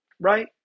right